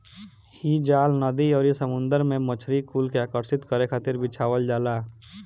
इ जाल नदी अउरी समुंदर में मछरी कुल के आकर्षित करे खातिर बिछावल जाला